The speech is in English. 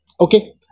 okay